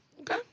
okay